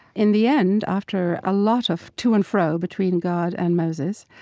in the end, after a lot of to and fro between god and moses,